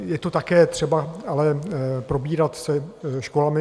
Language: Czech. Je to také třeba ale probírat se školami.